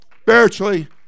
spiritually